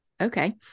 okay